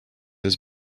his